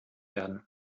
werden